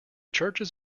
churches